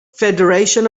federation